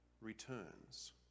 returns